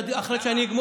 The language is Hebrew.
לאוזניים של מי זה ינעם?